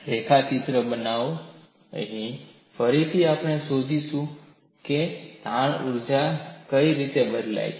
રેખાચિત્ર બનાવો અહીં ફરીથી આપણે શોધીશું કે તાણની ઊર્જા કઈ રીતમાં બદલાય છે